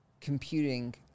computing